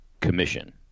commission